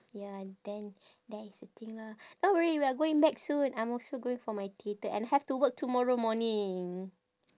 ya then that is the thing lah don't worry we are going back soon I'm also going back for my theatre and have to work tomorrow morning